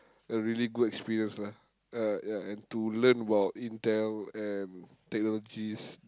a really good experience lah uh ya and to learn about Intel and technologies